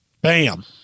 Bam